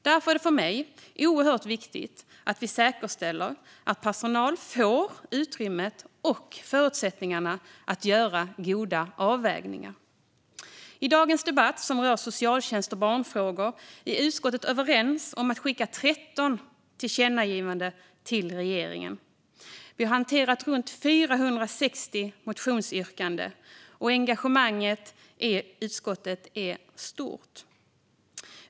Därför är det för mig oerhört viktigt att vi säkerställer att personal får utrymmet och förutsättningarna att göra goda avvägningar. I dagens debatt som rör socialtjänst och barnfrågor är utskottet överens om att skicka 13 tillkännagivanden till regeringen. Vi har hanterat runt 460 motionsyrkanden, och engagemanget i utskottet är stort.